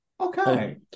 okay